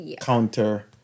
counter